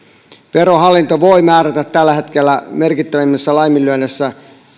verohallinto voi määrätä tällä hetkellä merkittävimmissä laiminlyönneissä